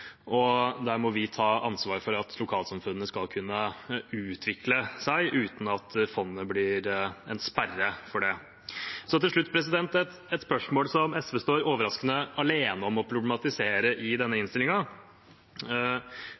Der må vi ta ansvar for at lokalsamfunnene skal kunne utvikle seg uten at fondet blir en sperre for det. Så til slutt et spørsmål som SV står overraskende alene om å problematisere i denne